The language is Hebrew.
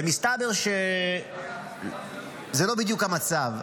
מסתבר שזה לא בדיוק המצב.